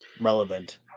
Relevant